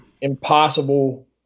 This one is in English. impossible